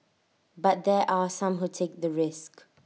but there are some who take the risk